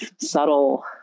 subtle